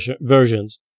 versions